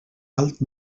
alt